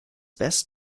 best